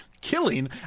killing